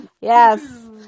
Yes